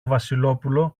βασιλόπουλο